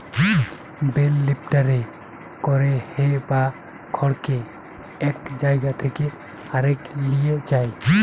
bell লিফ্টারে করে হে বা খড়কে এক জায়গা থেকে আরেক লিয়ে যায়